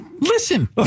Listen